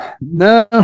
No